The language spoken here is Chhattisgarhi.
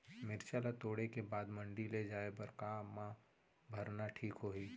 मिरचा ला तोड़े के बाद मंडी ले जाए बर का मा भरना ठीक होही?